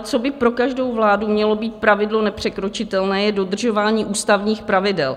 Co by ale pro každou vládu mělo být pravidlo nepřekročitelné, je dodržování ústavních pravidel.